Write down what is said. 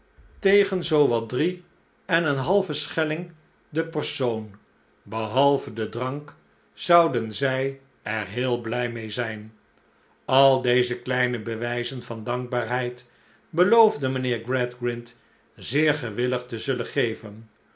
tegen zoo wat drie en een halven schelling de persoon behalve den drank zouden zij er heel blij mee zijn al deze kleine bewijzen van dankbaarheid beloofde mynheer gradgrind zeer gewilligtezullen geven